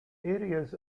areas